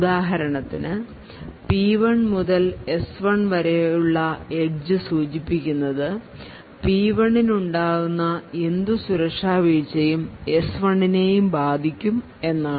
ഉദാഹരണത്തിന് P1 മുതൽ S1 വരെയുള്ള എഡ്ജ് സൂചിപ്പിക്കുന്നത് പി 1 നു ഉണ്ടാകുന്ന എന്തു സുരക്ഷാവീഴ്ചയും എസ് 1 നെയും ബാധിക്കും എന്നാണ്